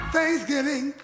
Thanksgiving